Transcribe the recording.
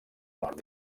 nord